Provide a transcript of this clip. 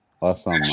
Awesome